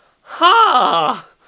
Ha